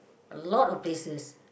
a lot of places